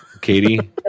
Katie